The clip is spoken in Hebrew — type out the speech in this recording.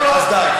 אז די.